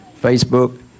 Facebook